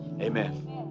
amen